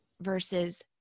versus